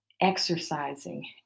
exercising